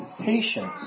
Patience